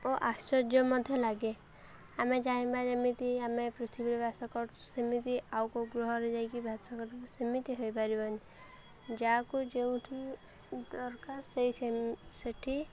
ଓ ଆଶ୍ଚର୍ଯ୍ୟ ମଧ୍ୟ ଲାଗେ ଆମେ ଚାହିଁବା ଯେମିତି ଆମେ ପୃଥିବୀରେ ବାସ କରୁଛୁ ସେମିତି ଆଉ କେଉଁ ଗ୍ରହରେ ଯାଇକି ବାସ କରିବୁ ସେମିତି ହେଇପାରିବନି ଯାହାକୁ ଯେଉଁଠି ଦରକାର ସେଇ ସେଠି